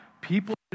people